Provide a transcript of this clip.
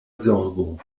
zorgo